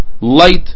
light